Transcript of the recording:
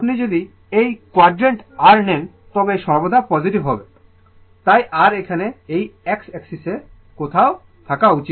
এখন আপনি যদি এই কোয়াডর্যান্ট R নেন তবে সর্বদা পজিটিভ তাই R এখানে এই এক্সিস এ কোথাও থাকা উচিত